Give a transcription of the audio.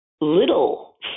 little